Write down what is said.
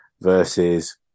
versus